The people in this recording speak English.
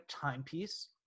timepiece